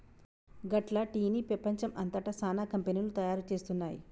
గట్ల టీ ని పెపంచం అంతట సానా కంపెనీలు తయారు చేస్తున్నాయి